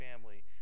family